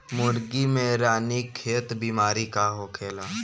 मुर्गी में रानीखेत बिमारी का होखेला?